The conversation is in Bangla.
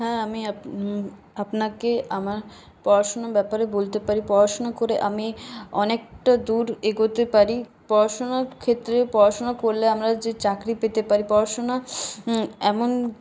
হ্যাঁ আমি আপনাকে আমার পড়াশোনার ব্যাপারে বলতে পারি পড়াশোনা করে আমি অনেকটা দূর এগোতে পারি পড়াশোনার ক্ষেত্রে পড়াশোনা করলে আমরা যে চাকরি পেতে পারি পড়াশোনা এমন